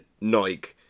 Nike